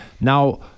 Now